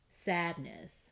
sadness